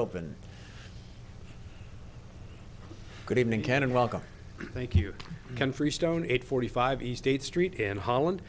open good evening ken and welcome thank you can freestone eight forty five e state street in holland